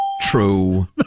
true